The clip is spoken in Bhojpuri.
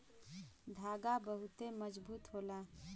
धागा बहुते मजबूत होला